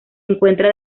encuentra